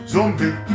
Zombie